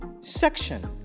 section